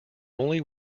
only